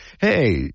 hey